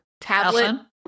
tablet